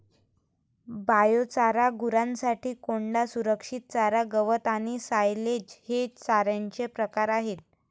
biochar, गुरांसाठी कोंडा, संरक्षित चारा, गवत आणि सायलेज हे चाऱ्याचे प्रकार आहेत